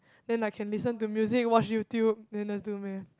then I can listen to music watch YouTube then just do Math